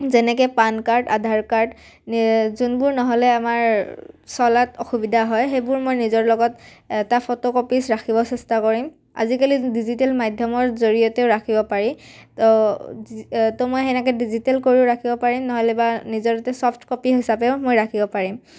যেনেকৈ PAN card Aadhaar card যোনবোৰ নহ'লে আমাৰ চলাত অসুবিধা হয় সেইবোৰ মই নিজৰ লগত এটা ফটো কপিজ ৰাখিব চেষ্টা কৰিম আজিকালি ডিজিটেল মাধ্যমৰ জৰিয়তেও ৰাখিব পাৰি তো তো মই তেনেকৈ ডিজিটেল কৰিও ৰাখিব পাৰিম নহ'লে বা নিজৰ তাতে ছফ্ট কপি হিচাপেও মই ৰাখিব পাৰিম